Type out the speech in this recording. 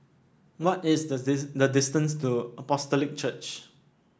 what is the this the distance to Apostolic Church